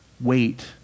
Wait